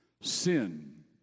Sin